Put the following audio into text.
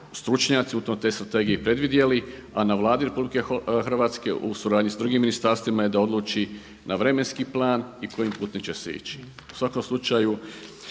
stručnjaci u toj strategiji predvidjeli a na Vladi RH u suradnji sa drugim ministarstvima je da odluči na vremenski plan i kojim putem će se ići. U svakom slučaju